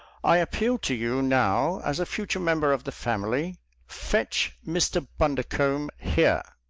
i appeal to you now as a future member of the family fetch mr. bundercombe here!